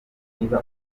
niba